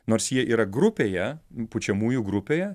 nors jie yra grupėje pučiamųjų grupėje